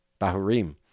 Bahurim